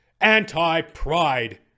anti-Pride